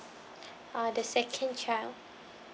uh the second child